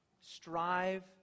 Strive